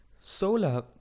solar